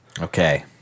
okay